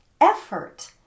effort